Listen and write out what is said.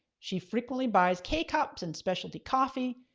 she frequently buys k-cups and specialty coffee.